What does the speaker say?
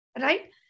right